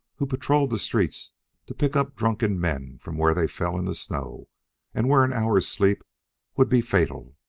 who patrolled the streets to pick up drunken men from where they fell in the snow and where an hour's sleep would be fatal.